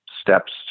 steps